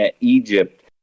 egypt